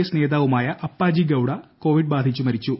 S നേതാവുമായ Appaji Gowda covid ബാധിച്ചു മരിച്ചു